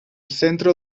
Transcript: centro